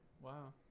Wow